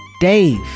Dave